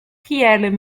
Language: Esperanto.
kiel